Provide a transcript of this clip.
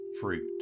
fruit